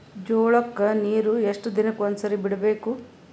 ಜೋಳ ಕ್ಕನೀರು ಎಷ್ಟ್ ದಿನಕ್ಕ ಒಂದ್ಸರಿ ಬಿಡಬೇಕು?